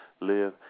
live